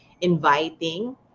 inviting